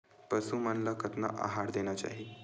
पशु मन ला कतना आहार देना चाही?